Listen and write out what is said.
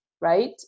right